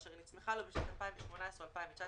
אשר נצמחה לו בשנת 2018 או 2019,